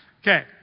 Okay